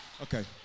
Okay